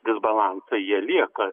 disbalansai jie lieka